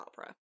opera